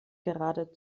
gerade